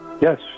Yes